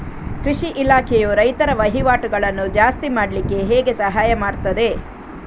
ಕೃಷಿ ಇಲಾಖೆಯು ರೈತರ ವಹಿವಾಟುಗಳನ್ನು ಜಾಸ್ತಿ ಮಾಡ್ಲಿಕ್ಕೆ ಹೇಗೆ ಸಹಾಯ ಮಾಡ್ತದೆ?